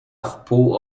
wpół